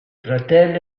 fratelli